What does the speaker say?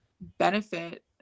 benefit